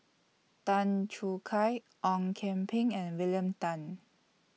Tan Choo Kai Ong Kian Peng and William Tan